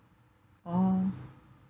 orh